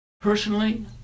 Personally